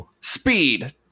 speed